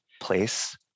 place